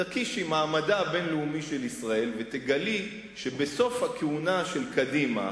תקישי "מעמדה הבין-לאומי של ישראל" ותגלי שבסוף הכהונה של קדימה,